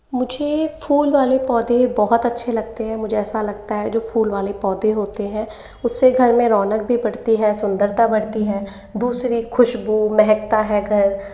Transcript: मुझे फूल वाले पौधे बहुत अच्छे लगते हैं मुझे ऐसा लगता है जो फूल वाले पौधे होते हैं उससे घर में रौनक भी बढ़ती ही सुंदरता बढ़ती है दूसरी खुशबू महकता है घर